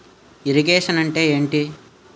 Irrigation అంటే ఏంటీ?